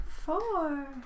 Four